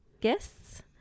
guests